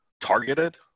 targeted